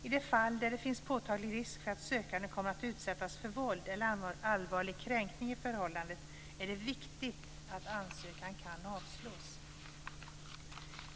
I de fall där det finns påtaglig risk för att sökande kommer att utsättas för våld eller annan allvarlig kränkning i förhållandet är det viktigt att ansökan kan avslås.